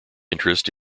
interest